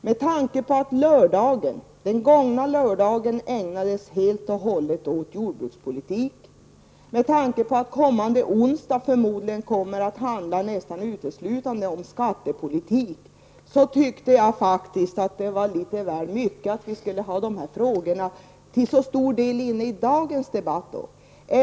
Med tanke på att den gångna lördagen ägnades helt och hållet åt jordbrukspolitik och att onsdagen förmodligen kommer nästan uteslutande att handla om skattepolitik, tycker jag att det blir litet väl mycket om dessa frågor till så stor del skall ingå i dagens debatt.